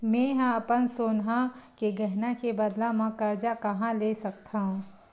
मेंहा अपन सोनहा के गहना के बदला मा कर्जा कहाँ ले सकथव?